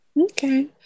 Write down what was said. Okay